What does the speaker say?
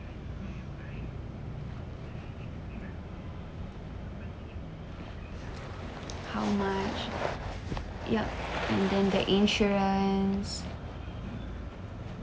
how much yup and then the insurance